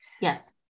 Yes